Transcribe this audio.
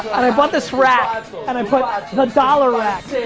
and i bought this rack and i put the dollar rack.